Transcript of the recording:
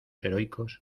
heroicos